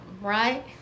right